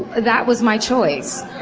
that was my choice.